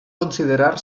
considerar